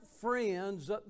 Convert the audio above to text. friends